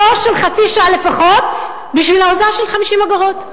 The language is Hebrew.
תור של חצי שעה לפחות, בשביל ההוזלה של 50 אגורות.